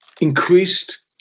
increased